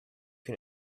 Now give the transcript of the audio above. can